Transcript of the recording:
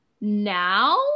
now